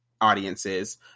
audiences